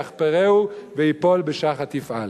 כתוב: "בור כרה ויחפרהו ויפֹל בשחת יפעל".